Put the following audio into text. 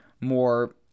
more